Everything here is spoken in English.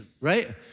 right